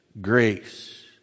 grace